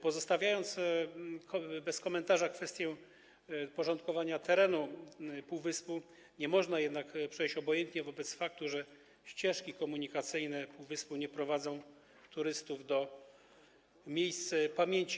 Pozostawiając bez komentarza kwestię uporządkowania terenu półwyspu, nie można jednak przejść obojętnie wobec faktu, że ścieżki komunikacyjne półwyspu nie prowadzą turystów do miejsc pamięci.